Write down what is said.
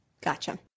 Gotcha